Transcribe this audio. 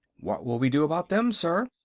what will we do about them, sir?